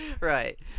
Right